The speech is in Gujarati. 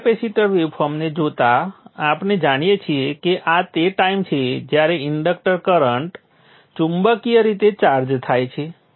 હવે કેપેસિટર વેવફોર્મ્સને જોતા આપણે જાણીએ છીએ કે આ તે ટાઈમ છે જ્યારે ઇન્ડક્ટર કરન્ટ ચુંબકીય રીતે ચાર્જ થાય છે